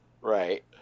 Right